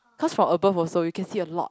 cause from above also you can see a lot